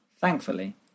Thankfully